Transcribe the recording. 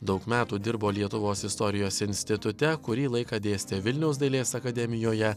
daug metų dirbo lietuvos istorijos institute kurį laiką dėstė vilniaus dailės akademijoje